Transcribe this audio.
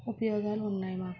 ఉపయోగాలు ఉన్నాయి